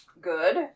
Good